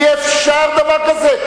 אי-אפשר דבר כזה.